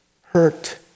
hurt